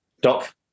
doc